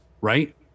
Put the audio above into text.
right